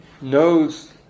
knows